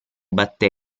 batté